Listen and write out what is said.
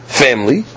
family